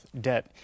debt